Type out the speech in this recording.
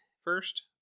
first